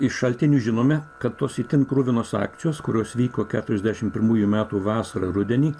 iš šaltinių žinome kad tos itin kruvinos akcijos kurios vyko keturiasdešimt primųjų metų vasarą rudenį